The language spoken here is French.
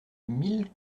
mille